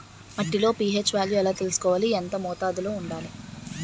మట్టిలో పీ.హెచ్ ఎలా తెలుసుకోవాలి? ఎంత మోతాదులో వుండాలి?